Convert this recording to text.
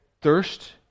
thirst